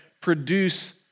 produce